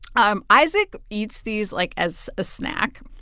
um isaac eats these, like, as a snack.